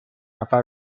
نفر